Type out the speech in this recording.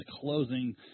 closing